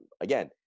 again